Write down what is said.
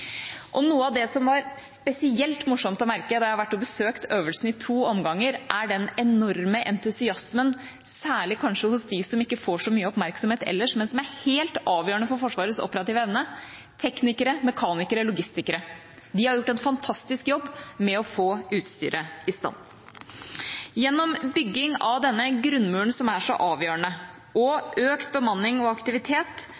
ustand. Noe av det som var spesielt morsomt å merke da jeg var og besøkte øvelsen i to omganger, er den enorme entusiasmen særlig hos dem som kanskje ikke får så mye oppmerksomhet ellers, men som er helt avgjørende for Forsvarets operative evne: teknikere, mekanikere, logistikere. De har gjort en fantastisk jobb med å få utstyret i stand. Gjennom bygging av denne grunnmuren som er så avgjørende,